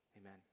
Amen